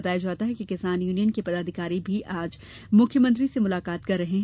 बताया जाता है कि किसान यूनियन के पदाधिकारी भी आज मुख्यमंत्री से मुलाकात कर रहे हैं